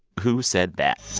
who said that?